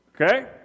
Okay